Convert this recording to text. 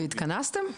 והתכנסתם?